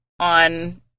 on